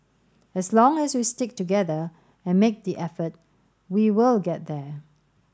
as long as we stick together and make the effort we will get there